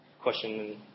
question